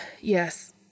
yes